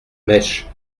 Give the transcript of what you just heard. mèche